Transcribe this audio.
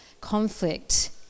conflict